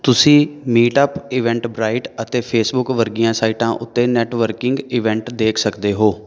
ਤੁਸੀਂ Meetup Eventbrite ਅਤੇ Facebook ਵਰਗੀਆਂ ਸਾਈਟਾਂ ਉੱਤੇ ਨੈੱਟਵਰਕਿੰਗ ਈਵੈਂਟ ਦੇਖ ਸਕਦੇ ਹੋ